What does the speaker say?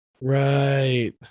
Right